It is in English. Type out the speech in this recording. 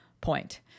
point